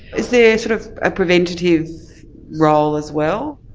is there sort of a preventative role as well?